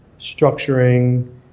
structuring